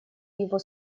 его